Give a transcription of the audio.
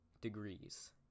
degrees